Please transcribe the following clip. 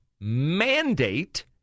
mandate